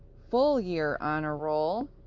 full year honor roll,